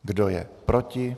Kdo je proti?